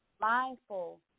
mindful